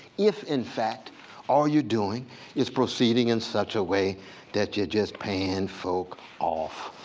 if in fact all you're doing is proceeding in such a way that you're just paying folk off.